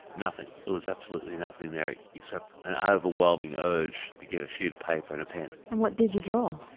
nothing, there was absolutely nothing there except an ah overwhelming urge to get a sheet a paper and a pen. and what did you draw?